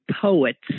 poets